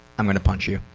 i'm gonna punch you.